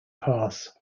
pass